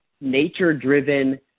nature-driven